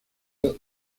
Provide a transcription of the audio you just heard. los